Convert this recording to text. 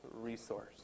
resource